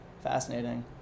Fascinating